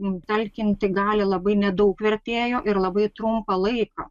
talkinti gali labai nedaug vertėjų ir labai trumpą laiką